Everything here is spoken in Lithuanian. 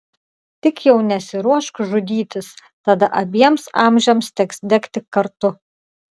tik jau nesiruošk žudytis tada abiems amžiams teks degti kartu